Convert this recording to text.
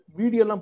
video